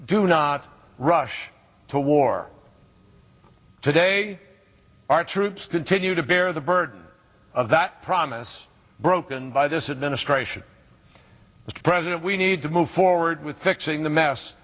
do not rush to war today our troops continue to bear the burden of that promise broken by this administration mr president we need to move forward with fixing the mess